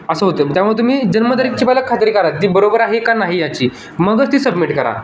असं होतं त्यामुळं तुम्ही जन्मतारीखची पहिला खात्री करा ती बरोबर आहे का नाही याची मगच ती सबमिट करा